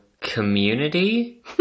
community